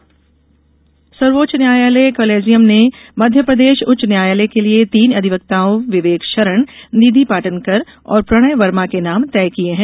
न्यायाधीश सर्वोच्च न्यायालय कॉलेजियम ने मध्यप्रदेश उच्च न्यायालय के लिये तीन अधिवक्ताओं विवेक शरण निधि पाटनकर और प्रणय वर्मा के नाम तय किये हैं